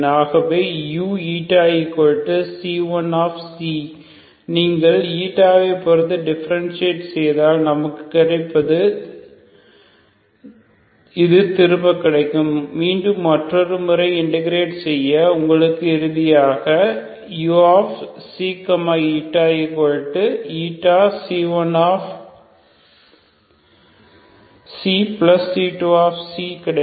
ஆகவே uC1 நீங்கள் ஐ பொருத்து டிபரன்ஷியெட் செய்தால் நமக்கு கிடைப்பது இது திரும்ப கிடைக்கும் மீண்டும் மற்றொரு முறை இந்தெகிரேட் செய்ய உங்களுக்கு இறுதியாக uξηC1C2கிடைக்கும்